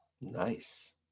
Nice